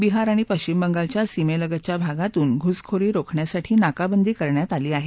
बिहार आणि पश्विम बगालच्या सीमेलगतच्या भागातून घुसखोरी रोखण्यासाठी नाकाबंदी करण्यात आली आहे